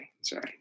Sorry